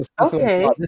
Okay